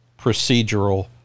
procedural